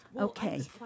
Okay